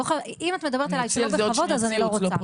אם את מדברת אלי לא בכבוד אז אני לא רוצה.